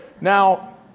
now